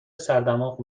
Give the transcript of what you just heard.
سردماغ